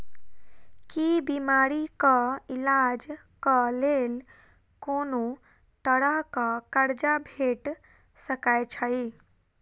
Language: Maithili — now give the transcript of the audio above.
की बीमारी कऽ इलाज कऽ लेल कोनो तरह कऽ कर्जा भेट सकय छई?